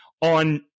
on